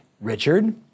Richard